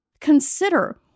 Consider